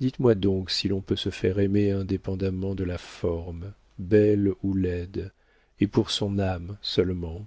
dites-moi donc si l'on peut se faire aimer indépendamment de la forme belle ou laide et pour son âme seulement